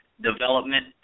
development